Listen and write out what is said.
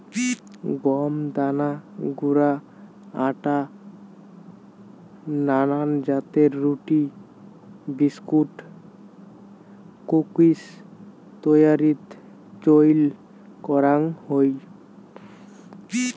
গম দানা গুঁড়া আটা নানান জাতের রুটি, বিস্কুট, কুকিজ তৈয়ারীত চইল করাং হই